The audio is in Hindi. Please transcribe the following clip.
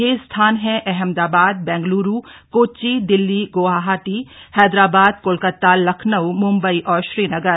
ये स्थान हैं अहमदाबाद बेंगलूरू कोच्चि दिल्ली गुवाहाटी हैदराबाद कोलकाता लखनऊ मुंबई और श्रीनगर